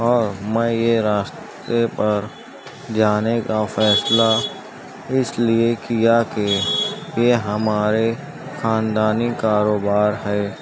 اور میں یہ راستے پر جانے کا فیصلہ اس لیے کیا کہ یہ ہمارے خاندانی کاروبار ہے